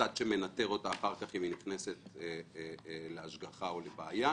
הצד שמנטר אותה אחר כך אם היא נכנסת להשגחה או לבעיה.